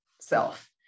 self